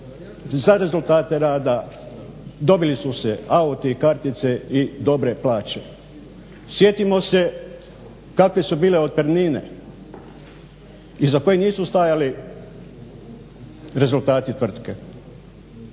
za rezultate rada, dobili su se auti, kartice i dobre plaće. Sjetimo se kakve su bile otpremnine iza kojih nisu stajali rezultati tvrtke.